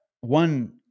one